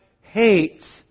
hates